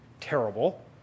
terrible